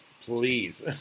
please